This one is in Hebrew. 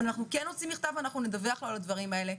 אבל אנחנו כן נוציא מכתב ואנחנו נדווח לו על הדברים האלה,